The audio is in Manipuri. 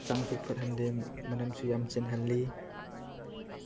ꯍꯛꯆꯥꯡꯁꯨ ꯐꯠꯍꯟꯗꯦ ꯃꯅꯝꯁꯨ ꯌꯥꯝ ꯆꯦꯜꯍꯜꯂꯤ